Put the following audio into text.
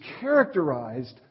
characterized